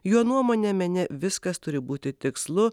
jo nuomone mene viskas turi būti tikslu